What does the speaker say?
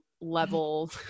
Level